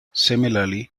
similarly